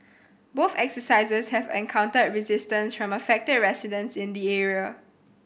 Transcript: both exercises have encountered resistance from affected residents in the area